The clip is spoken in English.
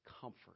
comfort